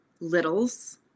littles